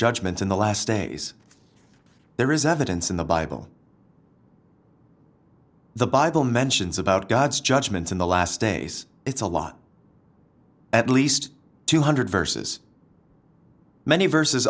judgement in the last days there is evidence in the bible the bible mentions about god's judgment in the last days it's a lot at least two hundred dollars verses many vers